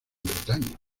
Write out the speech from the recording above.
bretaña